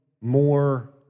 more